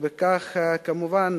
כמובן,